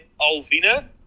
Alvina